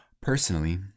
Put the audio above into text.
personally